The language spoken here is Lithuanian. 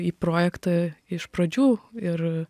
į projektą iš pradžių ir